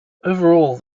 overall